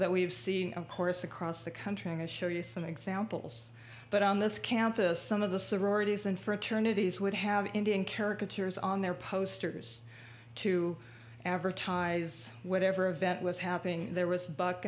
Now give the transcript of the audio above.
that we've seen of course across the country and i show you some examples but on this campus some of the sororities and fraternities would have indian caricature is on their posters to advertise whatever event was happening there was buc